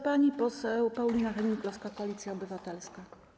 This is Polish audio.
Pani poseł Paulina Hennig-Kloska, Koalicja Obywatelska.